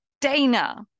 Dana